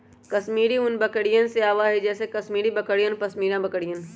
कश्मीरी ऊन बकरियन से आवा हई जैसे कश्मीरी बकरियन और पश्मीना बकरियन